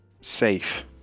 Safe